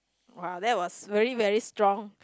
!wow! that was very very strong